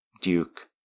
Duke